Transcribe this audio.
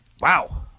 wow